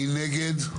מי נגד?